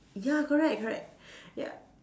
ya correct correct ya